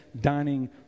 dining